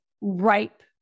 ripe